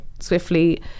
swiftly